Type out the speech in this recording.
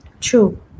True